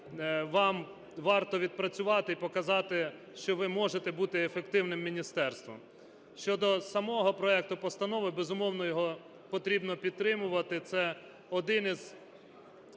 вам варто відпрацювати і показати, що ви можете бути ефективним міністерством. Щодо самого проекту постанови. Безумовно, його потрібно підтримувати. Це один із